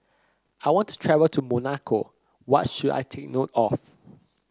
I want to travel to Monaco what should I take note of